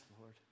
Lord